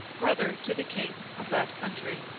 brother to the king of that country.